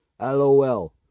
LOL